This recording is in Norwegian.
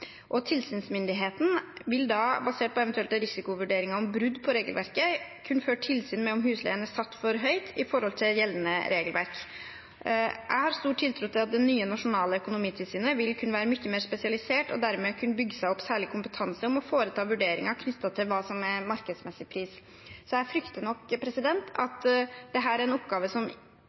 Tilsynsmyndigheten vil da, basert på eventuelle risikovurderinger av brudd på regelverket, kunne føre tilsyn med om husleien er satt for høyt med tanke på gjeldende regelverk. Jeg har stor tiltro til at det nye nasjonale økonomitilsynet vil kunne være mye mer spesialisert og dermed kunne bygge seg opp særlig kompetanse på å foreta vurderinger knyttet til hva som er markedsmessig pris. Jeg frykter at dette er en oppgave som